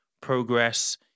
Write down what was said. progress